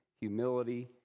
humility